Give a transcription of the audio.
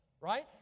right